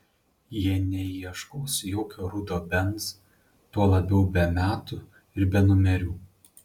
jie neieškos jokio rudo benz tuo labiau be metų ir be numerių